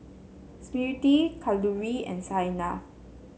Smriti Kalluri and Saina